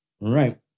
right